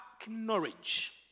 acknowledge